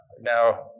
Now